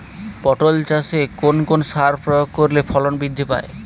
পটল চাষে কোন কোন সার প্রয়োগ করলে ফলন বৃদ্ধি পায়?